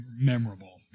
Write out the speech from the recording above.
memorable